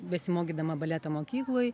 besimokydama baleto mokykloj